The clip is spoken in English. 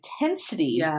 intensity